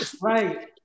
Right